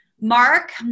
Mark